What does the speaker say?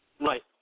Right